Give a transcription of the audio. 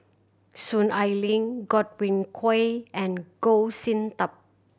Soon Ai Ling Godwin Koay and Goh Sin Tub